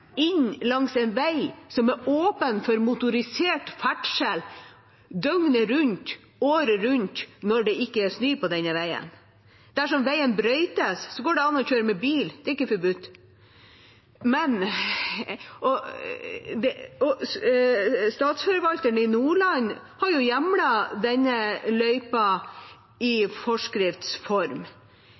inn langs en vei som er åpen for motorisert ferdsel døgnet rundt og året rundt når det ikke er snø på denne veien. Dersom veien brøytes, går det an å kjøre med bil, det er ikke forbudt. Statsforvalteren i Nordland har hjemlet denne løypa i